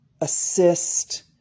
assist